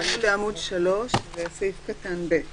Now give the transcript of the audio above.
ככל שנעמיס על עצמנו יותר ויותר קריטריונים